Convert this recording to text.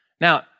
Now